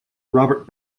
robert